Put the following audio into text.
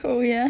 oh ya